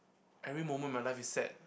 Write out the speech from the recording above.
every moment of my life is sad